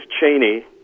Cheney